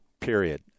period